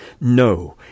No